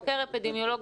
חוקר אפידמיולוג,